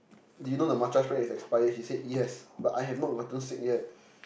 did you know the matcha frappe is expired he said yes but I have not gotten sick yet